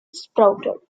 sprouted